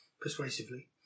persuasively